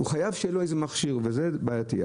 הוא חייב שיהיה לו איזה מכשיר וזה בעייתי.